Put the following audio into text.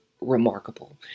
remarkable